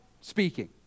speaking